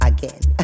Again